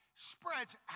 Spreads